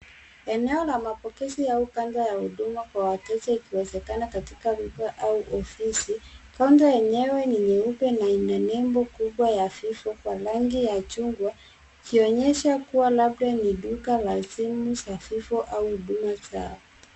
Eneo la mapokezi au kaunta ya huduma kwa wateja ikiwezekana katika duka au ofisi. Kaunta yenyewe ni nyeupe na ina nembo kubwa ya Vivo ya rangi ya chungwa, ikionyesha kuwa labda ni duka la simu za vivo au huduma zao.